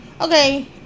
Okay